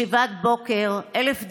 ישיבת בוקר, אלף דיונים,